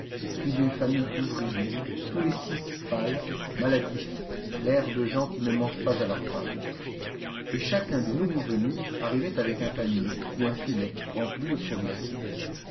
puis une famille d'ouvriers tous les six pâles maladifs l'air de gens qui ne mangent pas à leur faim et chacun des nouveaux venus arrivait avec un panier ou un filet rempli de provisions